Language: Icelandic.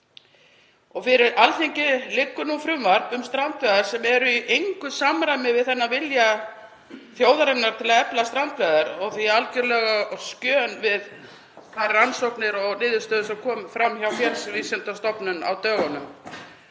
Fyrir Alþingi liggur nú frumvarp um strandveiðar sem er í engu samræmi við þennan vilja þjóðarinnar til að efla strandveiðar og því algerlega á skjön við þær rannsóknir og niðurstöður sem komu fram hjá Félagsvísindastofnun á dögunum.